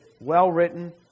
well-written